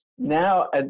now